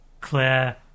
Claire